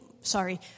sorry